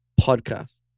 podcast